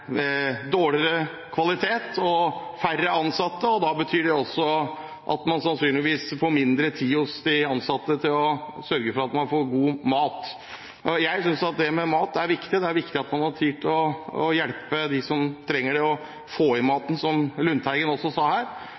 dårligere kvalitet og færre ansatte. Det betyr også at det sannsynligvis blir mindre tid for de ansatte til å sørge for god mat. Jeg synes at det med mat er viktig, og det er viktig at man har tid til å hjelpe dem som trenger det, å få i seg maten, slik som representanten Lundteigen sa. Jeg synes at man også